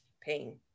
pain